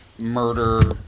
murder